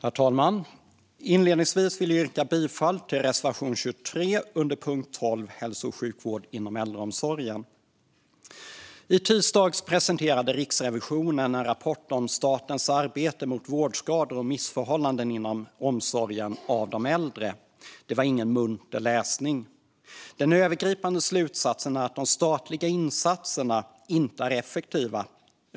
Herr talman! Inledningsvis vill jag yrka bifall till reservation 23 under punkt 12, Hälso och sjukvård inom äldreomsorgen. I tisdags presenterade Riksrevisionen en rapport om statens arbete mot vårdskador och missförhållanden inom omsorgen av de äldre. Det är ingen munter läsning. Den övergripande slutsatsen är att de statliga insatserna inte är effektiva.